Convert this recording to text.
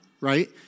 right